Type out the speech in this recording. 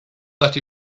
that